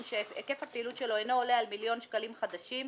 שהיקף הפעילות שלו אינו עולה על מיליון שקלים חדשים,